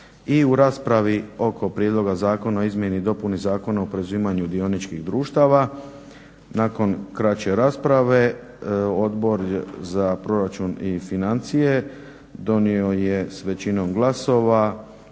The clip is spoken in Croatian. I u raspravi oko prijedloga zakona o izmjeni i dopuni Zakona o preuzimanju dioničkih društava nakon kraće rasprave Odbor za proračun i financije donio je s većinom glasova